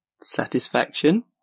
Satisfaction